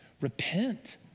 repent